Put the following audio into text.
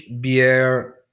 beer